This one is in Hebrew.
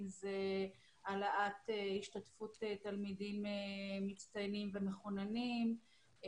אם זה העלאת השתתפות תלמידים מצטיינים ומחוננים.